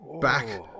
Back